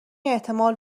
احتمال